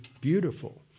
beautiful